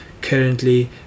currently